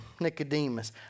Nicodemus